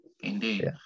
Indeed